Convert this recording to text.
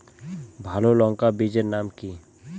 ভালো লঙ্কা বীজের নাম কি?